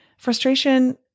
Frustration